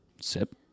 sip